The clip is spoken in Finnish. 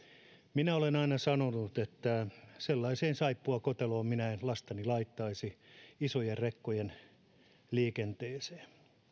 minä olen aina sanonut että sellaiseen saippuakoteloon minä en lastani laittaisi isojen rekkojen liikenteeseen